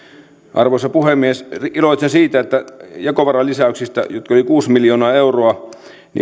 arvoisa puhemies iloitsen siitä että jakovaralisäyksistä joita oli kuusi miljoonaa euroa